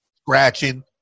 scratching